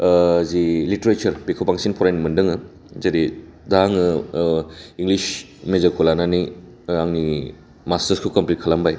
जि literature बेखौ बांसिन फरायनो मोनदों आं जेरै दा आङो इंलिस मेजरखौ लानानै आंनि मास्टार्सखौ कमप्लिट खालामबाय